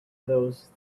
those